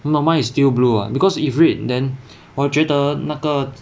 not mine is still blue [what] because if red then 我觉得那个